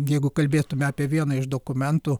jeigu kalbėtume apie vieną iš dokumentų